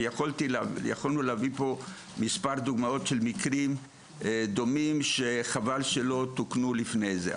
ויכולנו להביא פה כמה דוגמאות של מקרים דומים שחבל שלא תוקנו לפני זה.